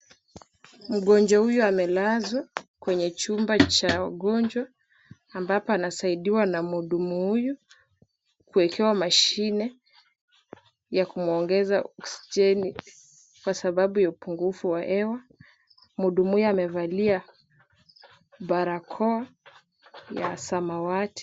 Mgonjwa huyu amelazwa kwenye chumba cha ugonjwa ambapo anasaidiwa na mhudumu huyu kuwekewa mashine ya kumwongeza oksijeni , kwa sababu ya upungufu wa hewa. Mhudumu huyu amevalia barakoa ya samawati.